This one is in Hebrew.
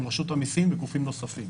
עם רשות המיסים ועם גופים נוספים.